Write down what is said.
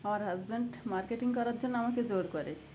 আমার husband marketing করার জন্য আমাকে জোর করে